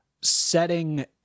setting